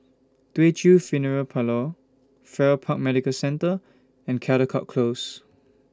Teochew Funeral Parlour Farrer Park Medical Centre and Caldecott Close